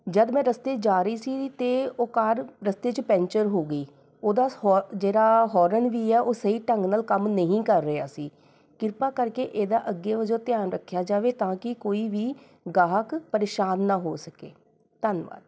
ਜਦ ਮੈਂ ਰਸਤੇ 'ਚ ਜਾ ਰਹੀ ਸੀ ਅਤੇ ਓਹ ਕਾਰ ਰਸਤੇ 'ਚ ਪੈਂਚਰ ਹੋ ਗਈ ਓਹਦਾ ਹੋ ਜਿਹੜਾ ਹੋਰਨ ਵੀ ਹੈ ਉਹ ਸਹੀ ਢੰਗ ਨਾਲ ਕੰਮ ਨਹੀਂ ਕਰ ਰਿਹਾ ਸੀ ਕਿਰਪਾ ਕਰਕੇ ਇਹਦਾ ਅੱਗੇ ਵਜੋਂ ਧਿਆਨ ਰੱਖਿਆ ਜਾਵੇ ਤਾਂ ਕੀ ਕੋਈ ਵੀ ਗਾਹਕ ਪਰੇਸ਼ਾਨ ਨਾ ਹੋ ਸਕੇ ਧੰਨਵਾਦ